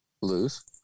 Lose